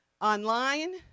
online